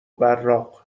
براق